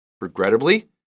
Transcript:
Regrettably